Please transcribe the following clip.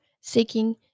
seeking